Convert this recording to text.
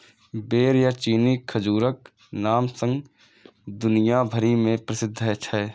बेर या चीनी खजूरक नाम सं दुनिया भरि मे प्रसिद्ध छै